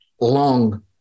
long